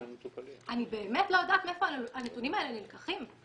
אני באמת לא יודעת מאיפה הנתונים האלה נלקחים.